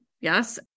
yes